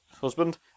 husband